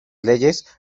leyes